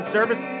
Service